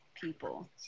people